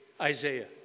Isaiah